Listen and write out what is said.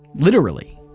literally.